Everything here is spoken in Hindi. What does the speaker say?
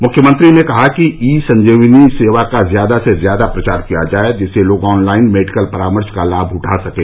मुख्यमंत्री ने कहा कि ई संजीवनी सेवा का ज्यादा से ज्यादा प्रचार किया जाए जिससे लोग ऑनलाइन मेडिकल परामर्श का लाभ उठा सकें